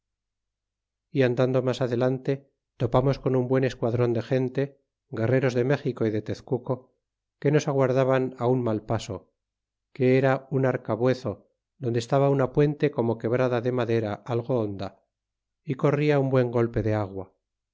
é andando mas adelante topamos con un buen esquadron de gente guerreros de méxico y de tezcuco que nos aguardaban un mal paso que era un arcabuezo donde estaba una puente como quebrada de madera algo honda y corria un buen golpe de agua